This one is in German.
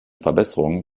verbesserungen